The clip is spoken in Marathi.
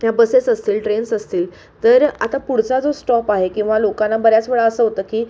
ह्या बसेस असतील ट्रेन्स असतील तर आता पुढचा जो स्टॉप आहे किंवा लोकांना बऱ्याच वेळा असं होतं की